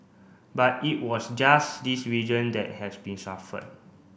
but it was just this region that has been suffered